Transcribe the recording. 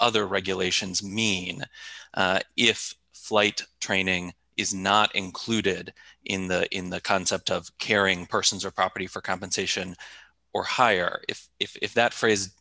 other regulations mean if flight training is not included in the in the concept of caring persons or property for compensation or hire if if that phrase